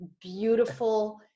beautiful